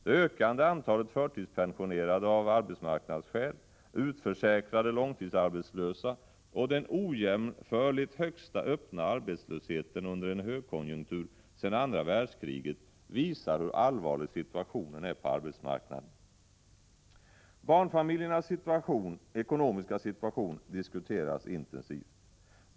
Det ökande antalet människor som av arbetsmarknadsskäl har förtidspensionerats, de långtidsarbetslösa som har blivit utförsäkrade och den ojämförligt högsta öppna arbetslösheten under en högkonjunktur sedan andra världskriget visar hur allvarlig situationen på arbetsmarknaden är. Barnfamiljernas ekonomiska situation diskuteras intensivt.